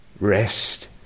rest